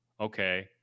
okay